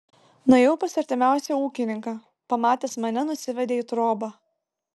nuėjau pas artimiausią ūkininką pamatęs mane nusivedė į trobą